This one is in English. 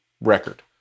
record